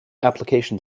application